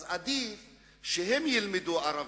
אז עדיף שהם ילמדו ערבית,